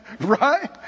Right